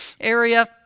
area